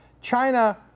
China